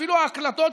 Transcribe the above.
אפילו ההקלטות,